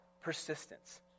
persistence